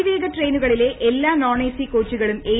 അതിവേഗ ട്രെയിനുകളിലെ എല്ലാ നോൺ എസി കോച്ചുകളും ഏ